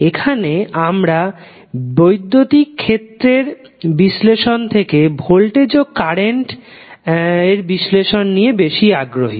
এখানে আমরা বৈদ্যুতিক ক্ষেত্রের বিশ্লেষণ থেকে ভোল্টেজ ও কারেন্ট এর বিশ্লেষণ নিয়ে বেশি আগ্রহী